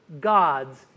God's